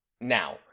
Now